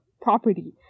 property